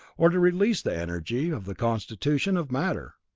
or to release the energy of the constitution of matter.